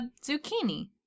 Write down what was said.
zucchini